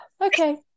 Okay